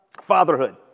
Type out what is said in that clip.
fatherhood